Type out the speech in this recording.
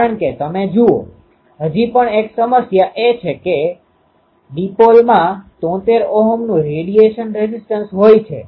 elemental એન્ટેનાનો અર્થ છે કે તેઓ કદાચ ડાયપોલ કદાચ લંબચોરસ વેવગાઇડ અને કદાચ તેઓ હોર્ન હોઈ શકે ગમે તે હોય પરંતુ એલીમેન્ટ એટલે આ એરેનો એલિમેન્ટ હોય છે